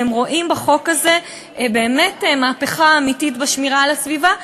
והם רואים בחוק הזה באמת מהפכה אמיתית בשמירה על הסביבה,